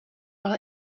ale